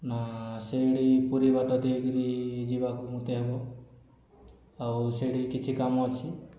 ନା ସେଇଠି ପୁରୀ ବାଟ ଦେଇକରି ଯିବାକୁ ମୋତେ ହେବ ଆଉ ସେଇଠି କିଛି କାମ ଅଛି